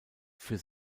für